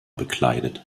bekleidet